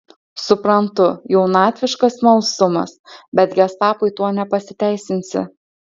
suprantu jaunatviškas smalsumas bet gestapui tuo nepasiteisinsi